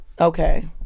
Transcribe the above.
Okay